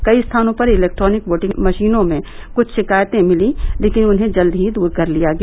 कुछ स्थानों पर इलेक्ट्रॉनिक वोटिंग मशीनों में कुछ शिकायते मिली लेकिन उन्हें जल्द ही दूर कर लिया गया